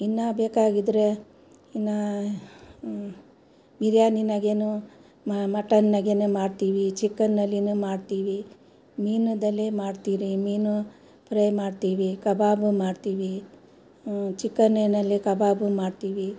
ಇನ್ನು ಬೇಕಾಗಿದ್ರೆ ಇನ್ನು ಬಿರಿಯಾನಿನಗೇನು ಮಟನ್ನಿನಾಗೇನು ಮಾಡ್ತೀವಿ ಚಿಕನ್ನಲ್ಲಿ ಮಾಡ್ತೀವಿ ಮೀನುದಲ್ಲಿ ಮಾಡ್ತೀರಿ ಮೀನು ಪ್ರೈ ಮಾಡ್ತೀವಿ ಕಬಾಬು ಮಾಡ್ತೀವಿ ಚಿಕನ್ನಿನಲ್ಲಿ ಕಬಾಬು ಮಾಡ್ತೀವಿ